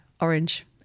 orange